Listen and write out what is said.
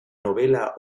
novela